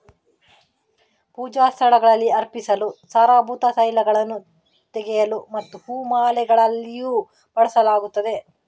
ಪೂಜಾ ಸ್ಥಳಗಳಲ್ಲಿ ಅರ್ಪಿಸಲು, ಸಾರಭೂತ ತೈಲಗಳನ್ನು ತೆಗೆಯಲು ಮತ್ತು ಹೂ ಮಾಲೆಗಳಲ್ಲಿಯೂ ಬಳಸಲಾಗುತ್ತದೆ